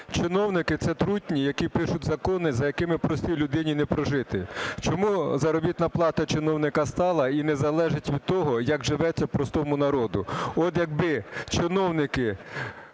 чиновники – це трутні, які пишуть закони, за якими простій людині не прожити. Чому заробітна плата чиновника стала і не залежить від того, як живеться простому народу? От якби чиновники...